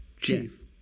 Chief